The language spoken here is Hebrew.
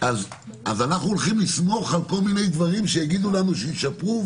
אז אנחנו הולכים לסמוך על כל מיני דברים שיגידו לנו שישפרו,